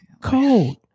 cold